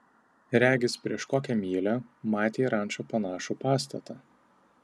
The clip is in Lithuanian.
regis prieš kokią mylią matė į rančą panašų pastatą